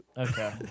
Okay